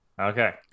Okay